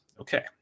Okay